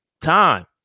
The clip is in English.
time